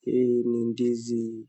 Hii ni ndizi